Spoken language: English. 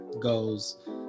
goes